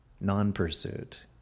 non-pursuit